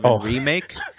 remakes